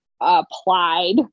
applied